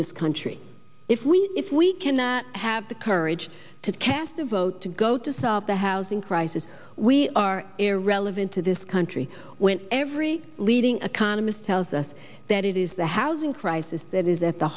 this country if we if we cannot have the courage to cast a vote to go to solve the housing crisis we are irrelevant to this country when every leading economist tells us that it is the housing crisis that is at the